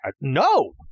No